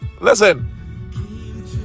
Listen